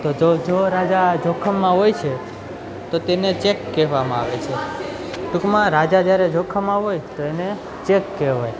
તો જો જો રાજા જોખમમાં હોય છે તો તેને ચેક કહેવામાં આવે છે ટુંકમાં રાજા જ્યારે જોખમમાં હોય તો એને ચેક કહેવાય